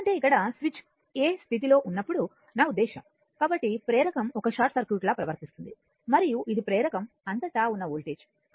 ఎందుకంటే ఇక్కడ switch a స్థితిలో ఉన్నప్పుడు నా ఉద్దేశ్యం కాబట్టి ప్రేరకం ఒక షార్ట్ సర్క్యూట్ లా ప్రవర్తిస్తుంది మరియు ఇది ప్రేరకం అంతటా ఉన్న వోల్టేజ్